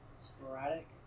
Sporadic